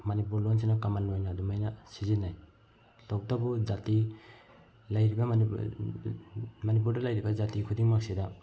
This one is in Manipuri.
ꯃꯅꯤꯄꯨꯔ ꯂꯣꯟꯁꯤꯅ ꯀꯝꯃꯜ ꯑꯣꯏꯅ ꯑꯗꯨꯃꯥꯏꯅ ꯁꯤꯖꯤꯟꯅꯩ ꯇꯧꯕꯇꯕꯨ ꯖꯥꯇꯤ ꯂꯩꯔꯤꯕ ꯃꯅꯤꯄꯨꯔꯗ ꯂꯩꯔꯤꯕ ꯖꯥꯇꯤ ꯈꯨꯗꯤꯡꯃꯛꯁꯤꯗ